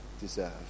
deserve